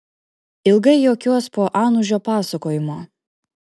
ilgai juokiuos po anužio pasakojimo